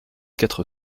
quatre